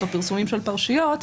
או פרסומים של פרשיות,